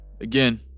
again